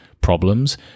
problems